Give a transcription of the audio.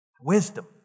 Wisdom